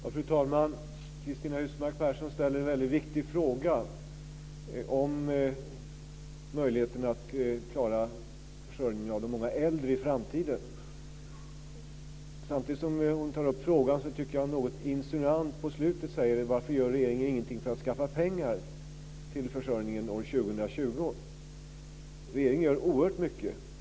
Fru talman! Cristina Husmark Pehrsson ställer en väldigt viktig fråga om möjligheterna att klara försörjningen av de många äldre i framtiden. Samtidigt som hon tar upp frågan tycker jag att hon är något insinuant när hon på slutet säger: Varför gör regeringen ingenting för att skaffa pengar till försörjningen år 2020? Regeringen gör oerhört mycket.